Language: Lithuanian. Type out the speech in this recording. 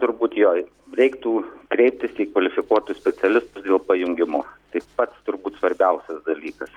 turbūt jo reiktų kreiptis į kvalifikuotus specialistus dėl pajungimo tai pats turbūt svarbiausias dalykas